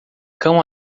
cão